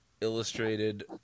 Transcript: illustrated